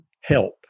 help